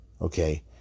Okay